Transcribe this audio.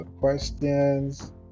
questions